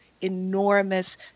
enormous